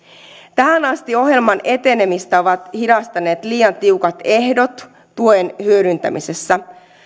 tähän asti ohjelman etenemistä ovat hidastaneet liian tiukat ehdot tuen hyödyntämisessä